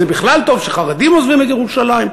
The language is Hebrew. אז זה בכלל טוב שחרדים עוזבים את ירושלים,